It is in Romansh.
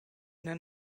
ina